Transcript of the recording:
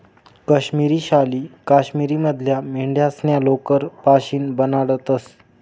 काश्मिरी शाली काश्मीर मधल्या मेंढ्यास्ना लोकर पाशीन बनाडतंस